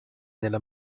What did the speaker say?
nella